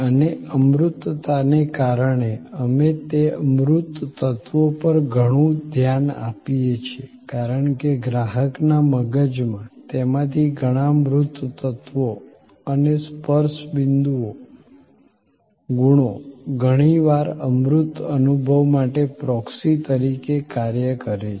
અને અમૂર્તતાને કારણે અમે તે મૂર્ત તત્વો પર ઘણું ધ્યાન આપીએ છીએ કારણ કે ગ્રાહકના મગજમાં તેમાંથી ઘણા મૂર્ત તત્વો અને સ્પર્શ બિંદુ ગુણો ઘણીવાર અમૂર્ત અનુભવ માટે પ્રોક્સી તરીકે કાર્ય કરે છે